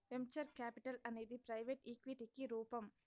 venture capital అనేది private ఈక్విటికి రూపం